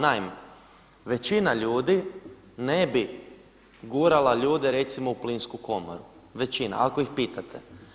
Naime, većina ljudi ne bi gurala ljude recimo u plinsku komoru, većina ako ih pitate.